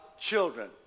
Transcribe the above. children